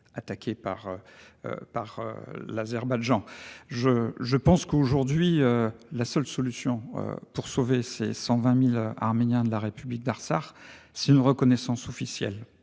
attaqué par. Par l'Azerbaïdjan je je pense qu'aujourd'hui la seule solution pour sauver ses 120.000 Arméniens de la République d'art. C'est une reconnaissance officielle